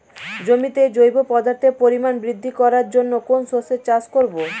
জমিতে জৈব পদার্থের পরিমাণ বৃদ্ধি করার জন্য কোন শস্যের চাষ করবো?